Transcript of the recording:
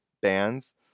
bands